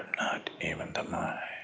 even the mind.